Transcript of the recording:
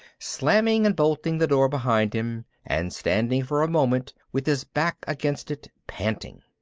slamming and bolting the door behind him and standing for a moment with his back against it, panting.